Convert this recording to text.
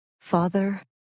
Father